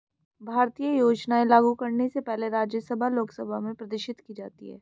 भारतीय योजनाएं लागू करने से पहले राज्यसभा लोकसभा में प्रदर्शित की जाती है